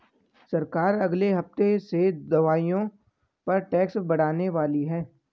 सरकार अगले हफ्ते से दवाइयों पर टैक्स बढ़ाने वाली है